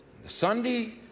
Sunday